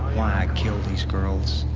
why i killed these girls.